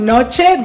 Noche